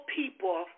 people